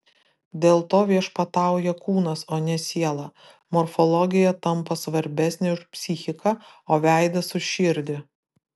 dėl to viešpatauja kūnas o ne siela morfologija tampa svarbesnė už psichiką o veidas už širdį